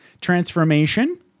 transformation